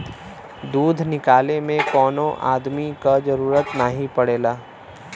दूध निकाले में कौनो अदमी क जरूरत नाही पड़ेला